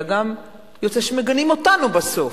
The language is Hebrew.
אלא גם יוצא שמגנים אותנו בסוף.